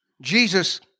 Jesus